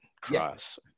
cross